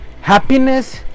happiness